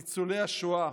ניצולי השואה,